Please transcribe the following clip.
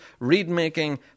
readmaking